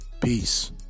Peace